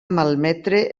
malmetre